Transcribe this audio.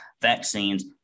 vaccines